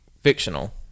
fictional